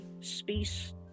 space